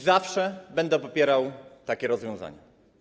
Zawsze będę popierał takie rozwiązanie.